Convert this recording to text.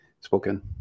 spoken